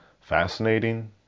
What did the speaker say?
fascinating